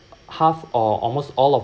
half or almost all of